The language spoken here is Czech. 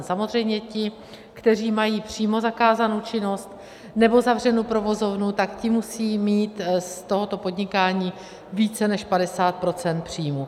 Samozřejmě ti, kteří mají přímo zakázanou činnost nebo zavřenu provozovnu, tak ti musí mít z tohoto podnikání více než 50 % příjmů.